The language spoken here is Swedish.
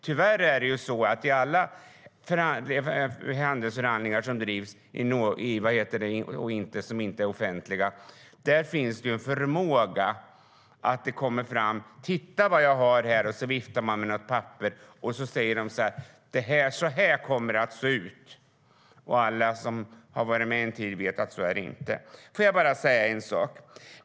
Tyvärr är det så att det i alla handelsförhandlingar som bedrivs och som inte är offentliga finns en tendens att komma fram, säga "Titta vad jag har här!" och vifta med ett papper. "Så här kommer det att se ut!" säger man. Alla som har varit med en tid vet att det inte är så. Jag vill bara säga en sak.